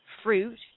fruit